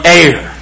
air